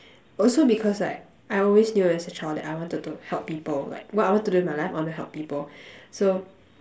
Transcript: also because like I always knew as a child that I wanted to help people like what I want to do with my life I want to help people so